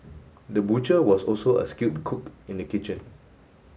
the butcher was also a skilled cook in the kitchen